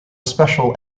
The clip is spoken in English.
special